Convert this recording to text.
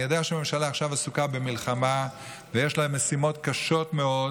אני יודע שהממשלה עכשיו עסוקה במלחמה ויש לה משימות קשות מאוד,